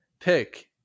pick